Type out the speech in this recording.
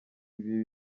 ibi